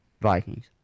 Vikings